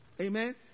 Amen